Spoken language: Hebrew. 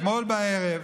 אתמול בערב